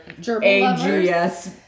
AGS